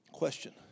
question